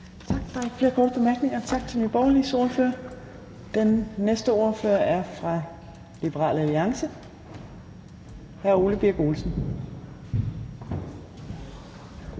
Tak. Der er ikke flere korte bemærkninger. Tak til Nye Borgerliges ordfører. Den næste ordfører er fra Liberal Alliance. Hr. Ole Birk Olesen.